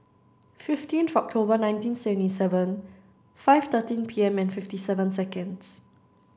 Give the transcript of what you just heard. fifteenth October nineteen seventy seven five thirteen P M and fifty seven seconds